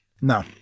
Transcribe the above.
No